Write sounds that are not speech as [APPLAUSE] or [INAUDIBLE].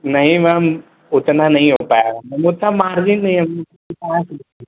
नहीं मैम उतना नहीं हो पाएगा मतलब उतना मार्जिन नहीं है [UNINTELLIGIBLE] कहाँ से देंगे